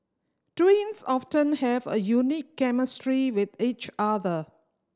twins often have a unique chemistry with each other